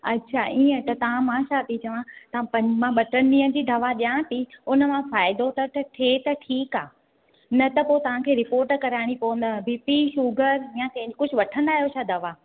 अच्छा ईअं त तव्हां मां छाती चवा तव्हां प मां ॿ टिनि ॾींहंनि जी दवा ॾिया थी उन मां फ़ाइदो त थिए त ठीकु आहे न त पोइ तव्हांखे रिपोट कराइणी पोइ न बीपी शुगर या के कुझु वठंदा आहियो छा दवा